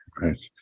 Right